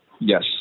yes